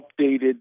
updated